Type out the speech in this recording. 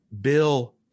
Bill